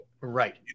Right